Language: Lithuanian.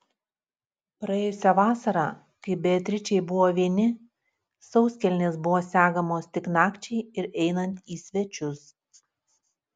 praėjusią vasarą kai beatričei buvo vieni sauskelnės buvo segamos tik nakčiai ir einant į svečius